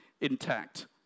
intact